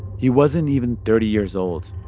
he wasn't even thirty years old,